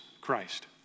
Christ